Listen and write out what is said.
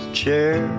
chair